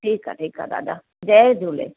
ठीकु आहे ठीकु आहे दादा जय झूलेलाल